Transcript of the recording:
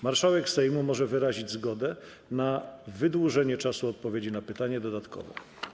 Marszałek Sejmu może wyrazić zgodę na wydłużenie czasu odpowiedzi na pytanie dodatkowe.